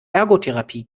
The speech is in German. ergotherapie